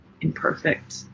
imperfect